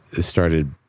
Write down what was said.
started